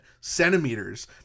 centimeters